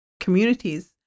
communities